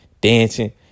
Dancing